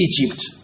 Egypt